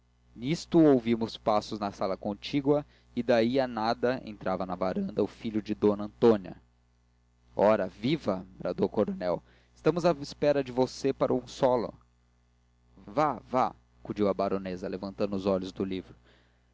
nisto ouvimos passos na sala contígua e daí a nada entrava na varanda o filho de d antônia ora viva bradou o coronel estávamos à espera de você para um solo vá vá acudiu a baronesa levantando os olhos do livro